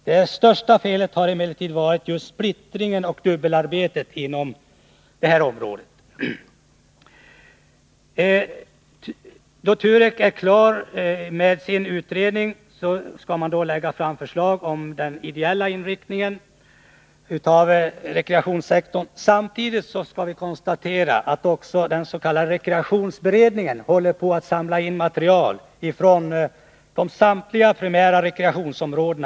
Det största felet har emellertid varit just splittringen och dubbelarbetet inom detta område. När TUREK är klar skall man lägga fram förslag om den ideella inriktningen av rekreationssektorn. Vi skall också konstatera att den s.k. rekreationsberedningen samtidigt håller på att samla in material från samtliga primära rekreationsområden.